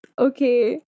Okay